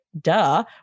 duh